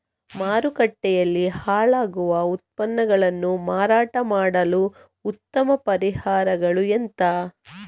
ಮಾರುಕಟ್ಟೆಯಲ್ಲಿ ಹಾಳಾಗುವ ಉತ್ಪನ್ನಗಳನ್ನು ಮಾರಾಟ ಮಾಡಲು ಉತ್ತಮ ಪರಿಹಾರಗಳು ಎಂತ?